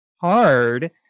hard